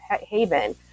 haven